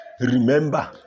Remember